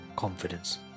Confidence